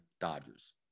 Dodgers